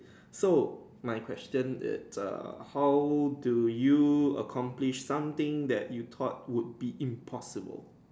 so mine question it the how do you accomplish something that you taught would be impossible